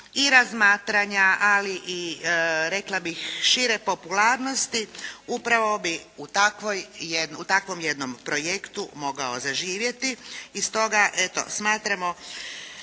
i razmatranja ali i rekla bih šire popularnosti upravo bi u takvom jednom projektu mogao zaživjeti.